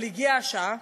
אבל הגיעה השעה